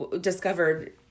discovered